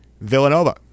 Villanova